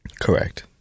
correct